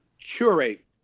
curate